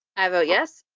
i vote yes.